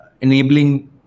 enabling